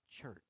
church